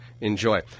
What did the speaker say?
Enjoy